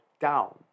down